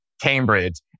Cambridge